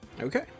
Okay